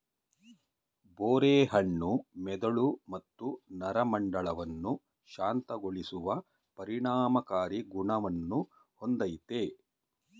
ಬೋರೆ ಹಣ್ಣು ಮೆದುಳು ಮತ್ತು ನರಮಂಡಲವನ್ನು ಶಾಂತಗೊಳಿಸುವ ಪರಿಣಾಮಕಾರಿ ಗುಣವನ್ನು ಹೊಂದಯ್ತೆ